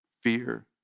Fear